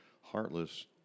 heartless